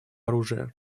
оружия